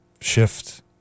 shift